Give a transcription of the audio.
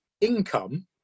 income